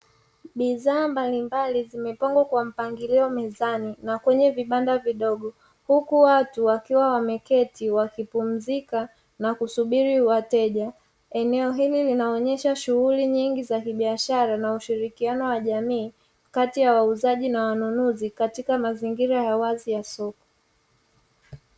Bidhaa mbalimbali zimepangwa kwa mpangilio mezani na kwenye vipanda vidogo, huku watu wakiwa wameketi wakipumzika na kusubiri wateja. Eneo hili linaonyesha shughuli nyingi za kibiashara na ushirikiano wa jamii, kati ya wauzaji na wanunuzi katika mazingira ya wazi ya soko.